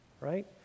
right